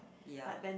ya